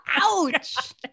Ouch